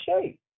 shape